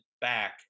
back